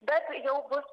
bet jau bus